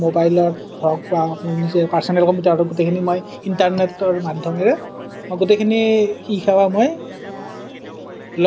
মোবাইলত ধৰক মোৰ নিজৰ পাৰ্চনেল কম্পিউটাৰতে গোটেইখিনি মই ইন্টাৰনেটৰ মাধ্যমেৰে মই গোটেইখিনি ই সেৱা মই